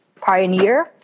pioneer